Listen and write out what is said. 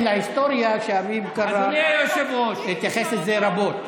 אחמד, אביר קארה עשה על זה סיבוב חודשיים בתקשורת.